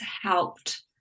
helped